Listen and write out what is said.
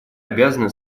обязаны